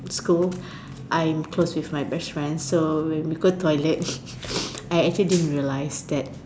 school I close with my best friends so when we go toilet I actually didn't realise that